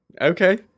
Okay